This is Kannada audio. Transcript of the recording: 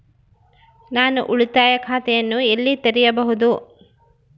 ನಾನು ಉಳಿತಾಯ ಖಾತೆಯನ್ನು ಎಲ್ಲಿ ತೆರೆಯಬಹುದು?